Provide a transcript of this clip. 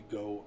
go